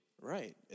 right